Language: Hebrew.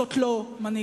זאת לא מנהיגות.